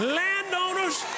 landowners